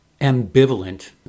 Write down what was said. ambivalent